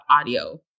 audio